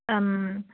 ꯎꯝ